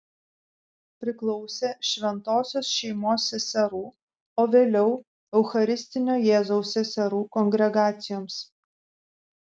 priklausė šventosios šeimos seserų o vėliau eucharistinio jėzaus seserų kongregacijoms